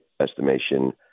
estimation